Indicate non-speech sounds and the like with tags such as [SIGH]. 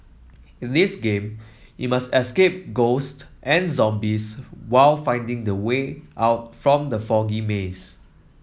in this game you must [UNINTELLIGIBLE] ghosts and zombies while finding the way out from the foggy maze